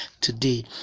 today